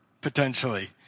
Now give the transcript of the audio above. potentially